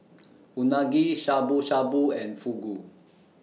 Unagi Shabu Shabu and Fugu